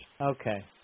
Okay